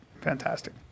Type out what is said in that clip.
Fantastic